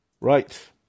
Right